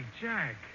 Jack